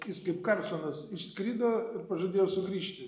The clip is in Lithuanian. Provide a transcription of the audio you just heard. jis kaip karlsonas išskrido ir pažadėjo sugrįžti